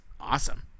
awesome